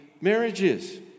marriages